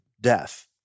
death